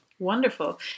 wonderful